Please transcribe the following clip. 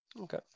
Okay